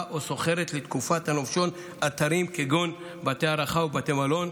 או שוכרת לתקופת הנופשון אתרים כגון בתי הארחה או בתי מלון,